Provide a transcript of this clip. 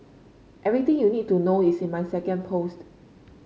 everything you need to know is in my second post